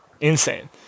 insane